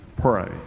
pray